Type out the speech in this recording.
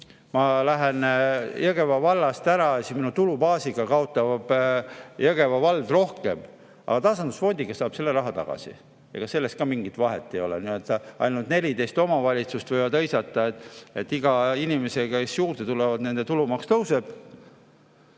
ma lähen Jõgeva vallast ära, siis minu [tulumaksu juures] kaotab Jõgeva vald rohkem. Aga tasandusfondist saab selle raha tagasi, ega selles ka mingit vahet ei ole. Ainult 14 omavalitsust võivad hõisata, et iga inimesega, kes juurde tuleb, nende tulumaksu[raha] tõuseb.